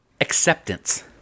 Acceptance